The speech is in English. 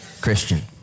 Christian